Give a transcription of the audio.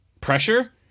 pressure